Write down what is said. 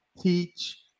teach